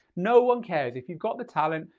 no one cares if you've got the talent,